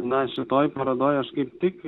na šitoj parodoj aš kaip tik